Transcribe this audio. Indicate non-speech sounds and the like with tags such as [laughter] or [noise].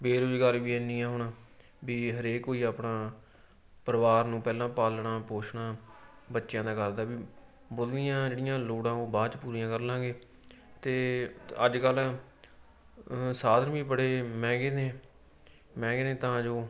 ਬੇਰੁਜ਼ਗਾਰੀ ਵੀ ਐਨੀ ਆ ਹੁਣ ਵੀ ਹਰੇਕ ਕੋਈ ਆਪਣਾ ਪਰਿਵਾਰ ਨੂੰ ਪਹਿਲਾਂ ਪਾਲਣਾ ਪੋਸ਼ਣਾ ਬੱਚਿਆਂ ਦਾ ਕਰਦਾ ਵੀ [unintelligible] ਜਿਹੜੀਆਂ ਲੋੜਾਂ ਉਹ ਬਾਅਦ 'ਚ ਪੂਰੀਆਂ ਕਰਲਾਂਗੇ ਅਤੇ ਅੱਜ ਕੱਲ੍ਹ ਸਾਧਨ ਵੀ ਬੜੇ ਮਹਿੰਗੇ ਨੇ ਮਹਿੰਗੇ ਨੇ ਤਾਂ ਜੋ